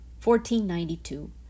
1492